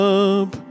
up